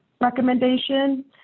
recommendation